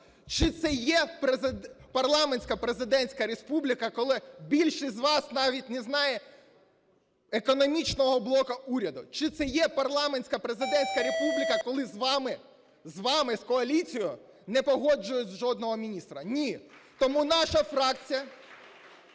чи це є парламентсько-президентська республіка, коли більшість з вас навіть не знає економічного блоку уряду? Чи це є парламентсько-президентська республіка, коли з вами, з вами – з коаліцією не погоджують жодного міністра? Ні! Тому наша фракція